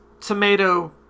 tomato